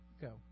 go